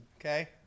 Okay